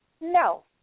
No